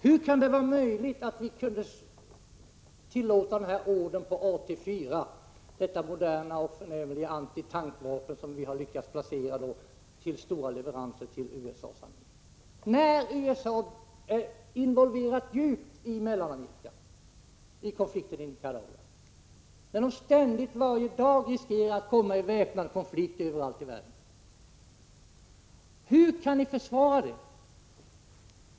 Hur kan det vara möjligt att ni tillåter stora leveranser till USA av Robot 84, detta moderna och förnämliga antitankvapen — när USA är djupt involverat i konflikter i Mellanamerika, när USA ständigt, varje dag, riskerar att komma i väpnad konflikt överallt i världen? Hur kan ni försvara det?